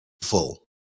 full